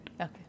Okay